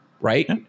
right